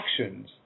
actions